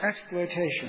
exploitation